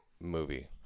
movie